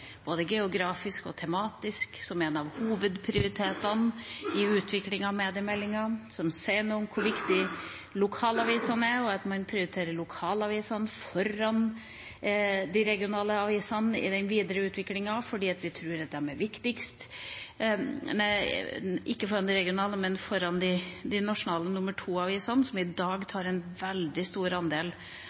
både geografisk og tematisk, som en av hovedprioritetene i utviklingen av mediemeldinga, som sier noe om hvor viktig lokalavisene er, og at man i den videre utviklingen prioriterer lokalavisene foran de nasjonale nummer to-avisene – som i dag tar en veldig stor andel av støtteordningene – fordi vi tror de er viktigst. Vi ønsker å prioritere lokalavisene framover. Slik går vi tematisk gjennom alle disse delene. I